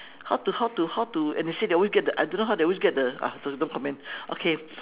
how to how to how to initiate they always get the I don't know how they always get the ah don't comment okay